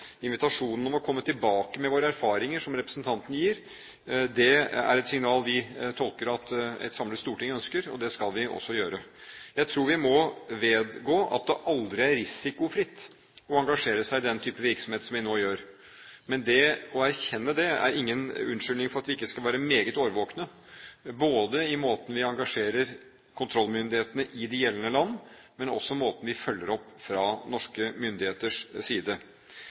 Invitasjonen om å komme tilbake med våre erfaringer, som representanten gir, er et signal vi tolker at et samlet storting ønsker, og det skal vi også gjøre. Jeg tror vi må vedgå at det aldri er risikofritt å engasjere seg i den type virksomhet som vi nå gjør. Men å erkjenne det er ingen unnskyldning for at vi ikke skal være meget årvåkne, både i måten vi engasjerer kontrollmyndighetene på i de gjeldende land og også i måten vi følger opp på fra norske myndigheters side.